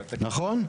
נכון?